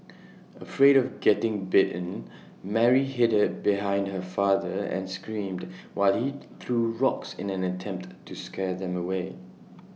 afraid of getting bitten Mary hid behind her father and screamed while he threw rocks in an attempt to scare them away